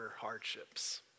hardships